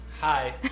Hi